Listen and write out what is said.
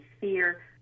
fear